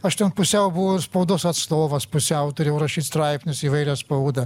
aš ten pusiau buvau ir spaudos atstovas pusiau turėjau rašyt straipsnius įvairią spaudą